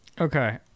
Okay